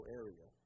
area